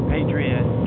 Patriot